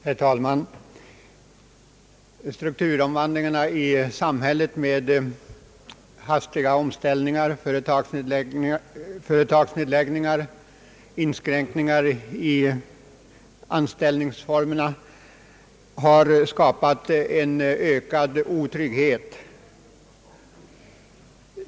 Herr talman! Strukturomvandlingarna i samhället med hastiga omställningar, företagsnedläggningar och friställningar har skapat ökad otrygghet.